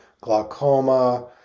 glaucoma